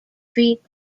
feet